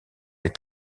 les